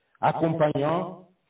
accompagnant